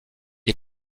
est